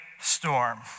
storm